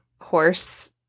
horse